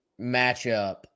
matchup